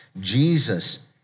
Jesus